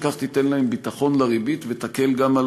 וכך תיתן להם ביטחון לריבית ותקל גם על